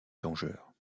plongeurs